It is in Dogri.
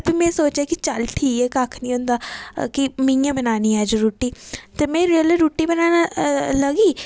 पर भी बी में सोचेआ चल ठीक ऐ कक्ख निं होंदा की में गै बनानी ऐ अज्ज रुट्टी ते में जेल्लै रुट्टी बनाना लगी